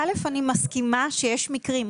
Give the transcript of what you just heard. אני מסכימה שיש מקרים,